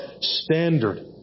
standard